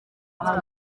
umuntu